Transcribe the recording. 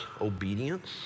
obedience